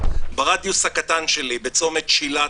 ברדיוס הקטן שלי צומת שילת,